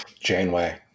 janeway